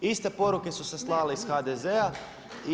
Iste poruke su se slale iz HDZ-a.